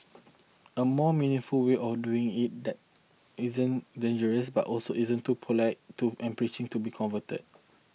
a more meaningful way of doing it that isn't dangerous but also isn't too polite to and preaching to be converted